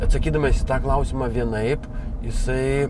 atsakydamas į tą klausimą vienaip jisai